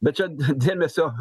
bet čia d dėmesio